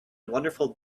wonderful